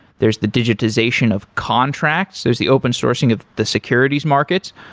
there's the digitization of contracts. there's the open sourcing of the securities markets.